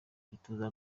gituza